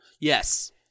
Yes